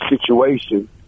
situation